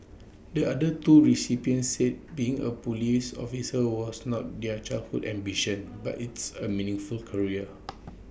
the other two recipients said being A Police officer was not their childhood ambition but it's A meaningful career